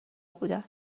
بودند